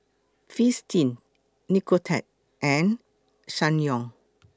Fristine Nicorette and Ssangyong